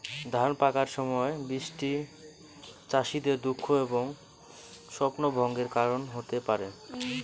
ধান পাকার সময় বৃষ্টি চাষীদের দুঃখ এবং স্বপ্নভঙ্গের কারণ হতে পারে